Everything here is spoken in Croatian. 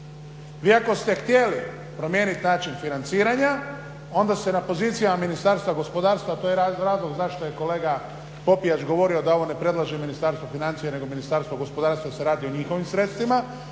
vi ako ste htjeli promijeniti način financiranja onda se na pozicijama Ministarstva gospodarstva to je razlog zašto je kolega Popijač govorio da ovo ne predlaže Ministarstvo financija nego Ministarstvo gospodarstva jer se radi o njihovim sredstvima